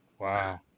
Wow